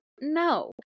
no